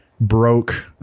broke